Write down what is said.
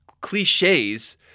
cliches